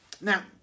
Now